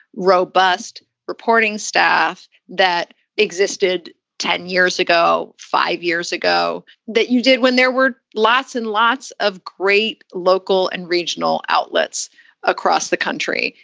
robust reporting staff that existed ten years ago, five years ago that you did when there were lots and lots of great local and regional outlets across the country.